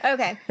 Okay